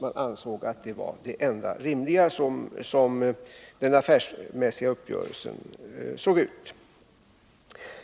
Man ansåg att detta var det enda rimliga som den affärsmässiga uppgörelsen såg ut.